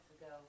ago